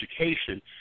education